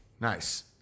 Nice